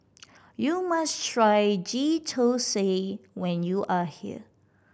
you must try Ghee Thosai when you are here